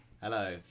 hello